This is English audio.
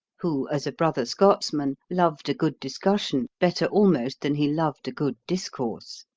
who as a brother scotsman loved a good discussion better almost than he loved a good discourse.